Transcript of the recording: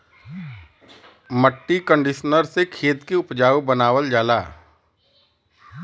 मट्टी कंडीशनर से खेत के उपजाऊ बनावल जाला